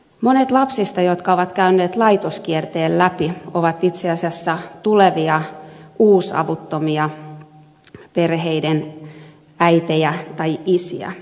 monet lapsista jotka ovat käyneet laitoskierteen läpi ovat itse asiassa tulevia uusavuttomia perheiden äitejä tai isiä